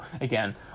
again